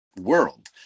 world